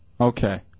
Okay